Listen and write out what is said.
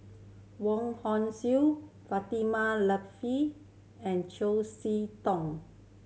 Wong Hong Suen Fatimah and See Tong